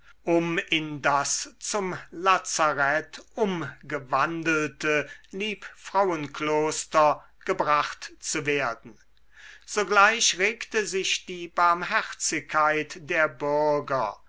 um in das zum lazarett umgewandelte liebfrauenkloster gebracht zu werden sogleich regte sich die barmherzigkeit der bürger